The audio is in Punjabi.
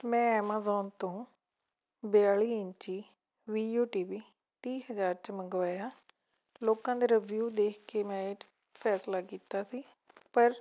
ਮੈਂ ਐਮਾਜ਼ੋਨ ਤੋਂ ਬਿਆਲੀ ਇੰਚੀ ਵੀ ਯੂ ਟੀਵੀ ਤੀਹ ਹਜ਼ਾਰ 'ਚ ਮੰਗਵਾਇਆ ਲੋਕਾਂ ਦੇ ਰਿਵਿਊ ਦੇਖ ਕੇ ਮੈ ਇਹ ਫੈਸਲਾ ਕੀਤਾ ਸੀ ਪਰ